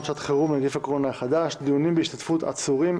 שעת חירום (נגיף הקורונה החדש)( דיונים בהשתתפות עצורים,